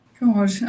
God